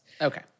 Okay